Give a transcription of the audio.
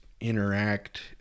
interact